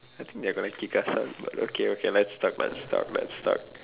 I think they are gonna kick us out but okay let's talk let's talk let's talk